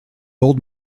old